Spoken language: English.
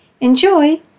Enjoy